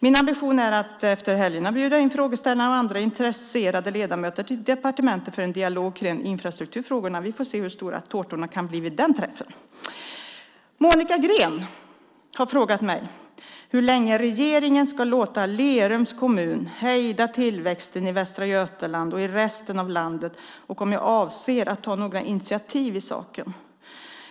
Min ambition är att efter helgerna bjuda in frågeställarna och andra intresserade ledamöter till departementet för en dialog kring infrastrukturfrågorna. Vi får se hur stora tårtorna kan bli vid den träffen. Monica Green har frågat mig hur länge regeringen ska låta Lerums kommun hejda tillväxten i Västra Götaland och i resten av landet och om jag avser att ta några initiativ i saken.